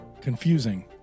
confusing